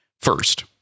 first